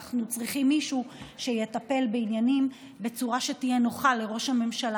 אנחנו צריכים מישהו שיטפל בעניינים בצורה שתהיה נוחה לראש הממשלה,